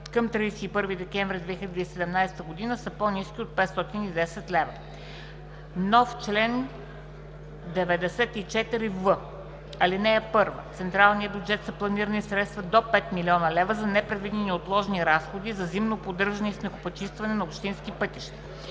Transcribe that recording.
към 31 декември 2017 г. са по-ниски от 510 лв. Чл. 94в. (1) В централния бюджет са планирани средства до 5 млн. лв. за непредвидени и неотложни разходи за зимно поддържане и снегопочистване на общински пътища.